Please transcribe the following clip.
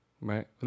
Right